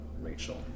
rachel